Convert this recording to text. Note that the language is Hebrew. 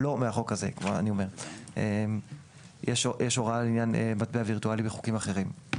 אך יש הוראה לעניין מטבע וירטואלי בחוקים אחרים.